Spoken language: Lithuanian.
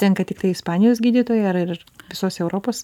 tenka tiktai ispanijos gydytojai ar ir visos europos